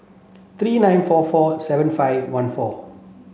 three nine four four seven five one four